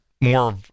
More